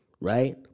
right